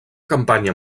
campanya